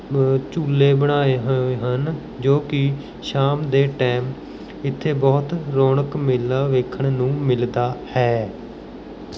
ਝੂਲੇ ਬਣਾਏ ਹੋਏ ਹਨ ਜੋ ਕਿ ਸ਼ਾਮ ਦੇ ਟਾਈਮ ਇੱਥੇ ਬਹੁਤ ਰੌਣਕ ਮੇਲਾ ਵੇਖਣ ਨੂੰ ਮਿਲਦਾ ਹੈ